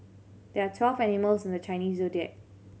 there are twelve animals in the Chinese Zodiac